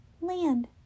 Land